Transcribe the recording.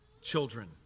children